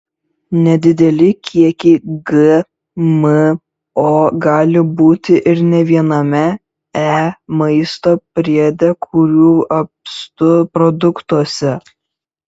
nedideli kiekiai gmo gali būti ir ne viename e maisto priede kurių apstu produktuose